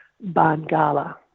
Bangala